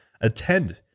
attend